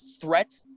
threat